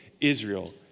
Israel